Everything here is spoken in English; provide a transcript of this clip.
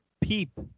peep